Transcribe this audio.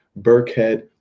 Burkhead